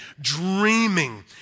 dreaming